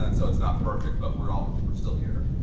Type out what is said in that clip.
and so it's not perfect, but we're ah we're still here.